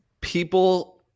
People